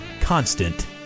constant